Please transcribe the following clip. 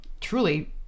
truly